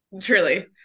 Truly